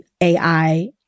AI